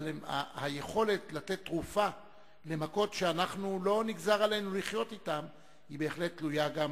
אבל היכולת לתת תרופה למכות שלא נגזר עלינו לחיות אתן בהחלט תלויה גם